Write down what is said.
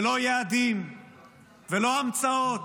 ולא יעדים ולא המצאות.